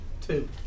Two